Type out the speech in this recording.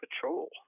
patrol